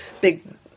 big